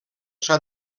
s’ha